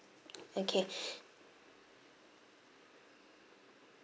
okay